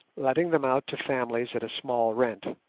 letting them out to families at a small rent.